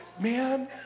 Man